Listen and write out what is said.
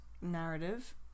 narrative